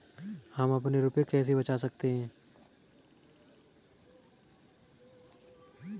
हम अपने रुपये कैसे बचा सकते हैं?